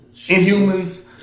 Inhumans